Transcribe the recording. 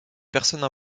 personnes